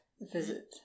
visit